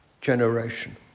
generation